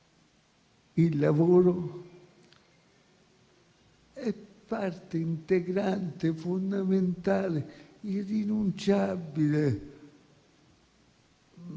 il lavoro è parte integrante, fondamentale, irrinunciabile